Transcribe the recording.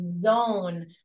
zone